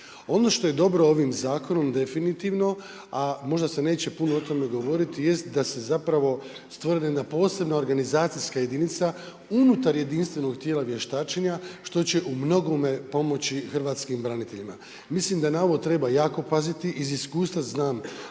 Ono što je dobro ovim zakonom definitivno, a možda se neće puno o tome govoriti jest da je stvorena posebna organizacijska jedinica unutar jedinstvenog tijela vještačenja što će u mnogome pomoći hrvatskim braniteljima. Mislim da na ovo treba jako paziti, iz iskustva znam